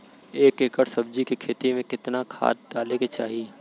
एक एकड़ सब्जी के खेती में कितना खाद डाले के चाही?